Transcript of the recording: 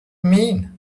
mean